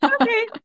okay